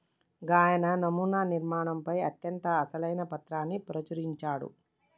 గాయన నమునా నిర్మాణంపై అత్యంత అసలైన పత్రాన్ని ప్రచురించాడు